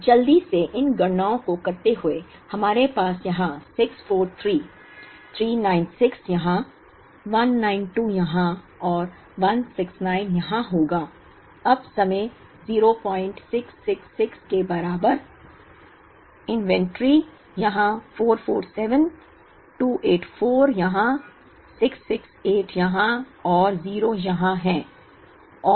तो जल्दी से इन गणनाओं को करते हुए हमारे पास यहाँ 643 396 यहाँ 192 यहाँ और 169 यहाँ होगा अब समय 0666 के बराबर इन्वेंटरी यहाँ 447 284 यहाँ 668 यहाँ हैं और 0 यहां है